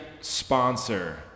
sponsor